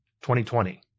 2020